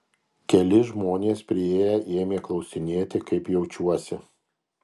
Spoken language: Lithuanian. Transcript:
keli žmonės priėję ėmė klausinėti kaip jaučiuosi